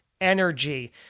energy